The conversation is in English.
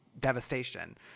devastation